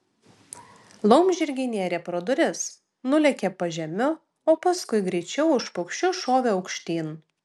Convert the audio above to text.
laumžirgiai nėrė pro duris nulėkė pažemiu o paskui greičiau už paukščius šovė aukštyn